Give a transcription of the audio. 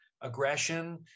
aggression